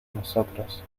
nosotros